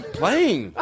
playing